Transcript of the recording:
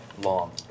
long